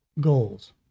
goals